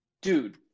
Dude